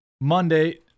Monday